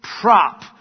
prop